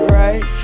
right